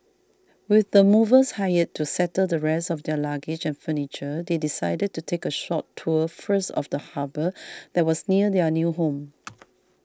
with the movers hired to settle the rest of their luggage and furniture they decided to take a short tour first of the harbour that was near their new home